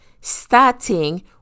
starting